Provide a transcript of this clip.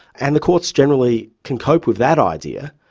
and the courts generally can cope with that idea.